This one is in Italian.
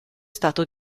stato